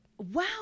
Wow